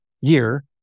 year